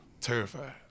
Terrified